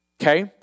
Okay